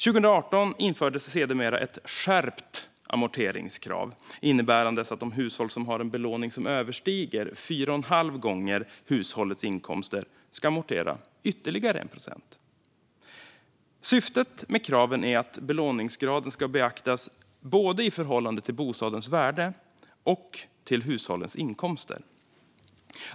År 2018 infördes ett skärpt amorteringskrav, innebärande att de hushåll som har en belåning som överstiger fyra och en halv gång hushållets inkomster ska amortera ytterligare 1 procent. Syftet med kraven är att belåningsgraden ska beaktas i förhållande både till bostadens värde och till hushållens inkomster.